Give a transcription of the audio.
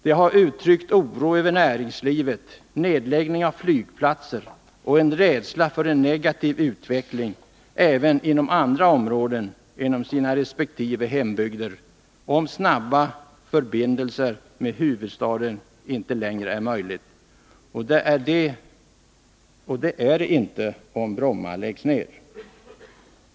De har uttryckt oro över näringslivet och för nedläggning av flygplatser liksom en rädsla för en negativ utveckling även inom andra områden i sina resp. hembygder, om snabba förbindelser med huvudstaden inte längre blir möjliga, och så blir fallet om Bromma läggs ner.